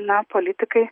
na politikai